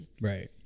right